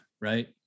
right